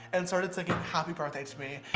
and started singing happy birthday to me.